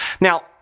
Now